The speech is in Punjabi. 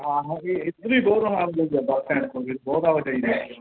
ਹਾਂ ਹਾਂ ਬਹੁਤ ਆਵਾਜਾਈ ਹੈ